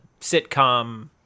sitcom